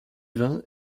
vin